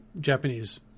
Japanese